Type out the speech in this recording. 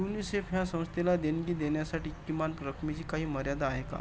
UNICEF ह्या संस्थेला देणगी देण्यासाठी किमान रकमेची काही मर्यादा आहे का